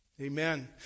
Amen